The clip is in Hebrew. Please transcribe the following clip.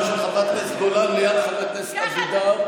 של חברת הכנסת גולן ליד חבר הכנסת אבידר,